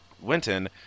Winton